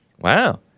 Wow